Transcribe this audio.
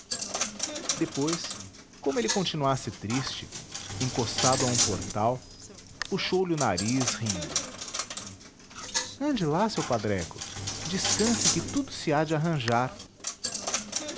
depois como ele continuasse triste encostado a um portal puxou lhe o nariz rindo ande lá seu padreco descanse que tudo se há de arranjar